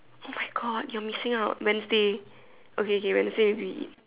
oh my God you are missing out Wednesday okay okay Wednesday we eat